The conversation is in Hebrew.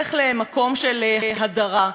הופך למקום של הדרה,